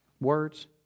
words